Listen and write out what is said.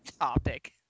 topic